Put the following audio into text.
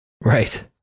right